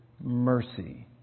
mercy